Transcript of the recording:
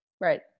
Right